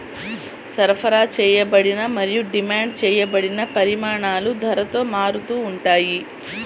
సరఫరా చేయబడిన మరియు డిమాండ్ చేయబడిన పరిమాణాలు ధరతో మారుతూ ఉంటాయి